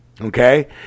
okay